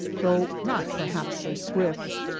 though not perhaps so swift.